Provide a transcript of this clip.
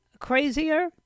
crazier